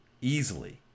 easily